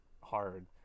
hard